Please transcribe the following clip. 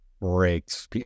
breaks